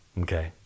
okay